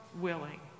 willing